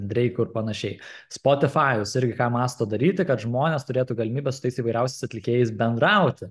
dreiku ir panašiai spotifajus irgi ką mąsto daryti kad žmonės turėtų galimybę su tais įvairiausiais atlikėjais bendrauti